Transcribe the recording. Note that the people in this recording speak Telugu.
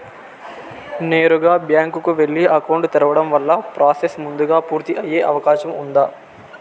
నేరుగా బ్యాంకు కు వెళ్లి అకౌంట్ తెరవడం వల్ల ప్రాసెస్ ముందుగా పూర్తి అయ్యే అవకాశం ఉందా?